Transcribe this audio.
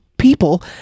People